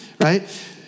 Right